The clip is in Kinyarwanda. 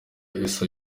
isa